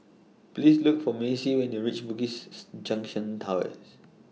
Please Look For Macy when YOU REACH Bugis Junction Towers